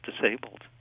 disabled